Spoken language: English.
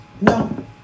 No